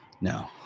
No